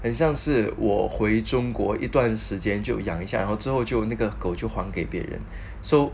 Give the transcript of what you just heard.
很像是我会中国一段时间就养一下然后之后就那个狗就还给别人 so